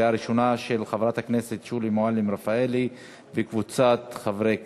של חברת הכנסת שולי מועלם-רפאלי וקבוצת חברי הכנסת,